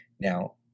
Now